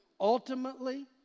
ultimately